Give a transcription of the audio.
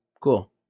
cool